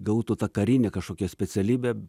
gautų tą karinę kažkokią specialybę